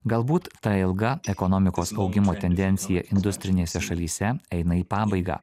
galbūt ta ilga ekonomikos augimo tendencija industrinėse šalyse eina į pabaigą